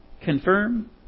confirm